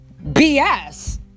bs